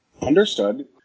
Understood